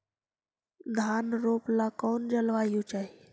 धान रोप ला कौन जलवायु चाही?